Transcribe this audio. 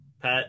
pet